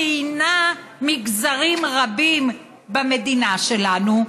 ראיינה מגזרים רבים במדינה שלנו,